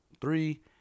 three